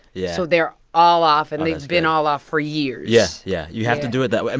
yeah so they're all off, and they've been all off for years yeah. yeah. you have to do it that way. and